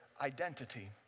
identity